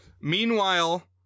Meanwhile